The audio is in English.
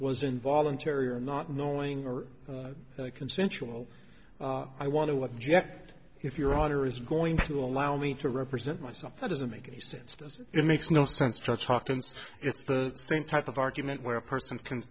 was involuntary or not knowing or consensual i want to object if your honor is going to allow me to represent myself that doesn't make any sense does it makes no sense try to talk to him it's the same type of argument where a person can